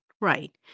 right